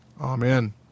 Amen